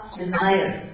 desire